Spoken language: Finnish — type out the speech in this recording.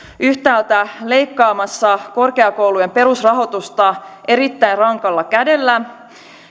yhtäältä leikkaamassa korkeakoulujen perusrahoitusta erittäin rankalla kädellä